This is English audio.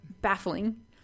baffling